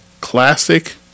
Classic